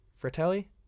Fratelli